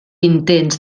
intents